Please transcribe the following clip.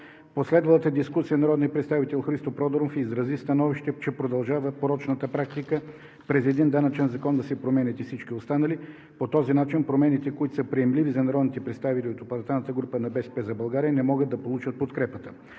последвалата дискусия народният представител Христо Проданов изрази становище, че продължава порочната практика през един данъчен закон да се променят и всички останали. По този начин промените, които са приемливи за народните представители от парламентарната група на „БСП за България“, не могат да получат подкрепа.